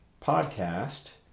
podcast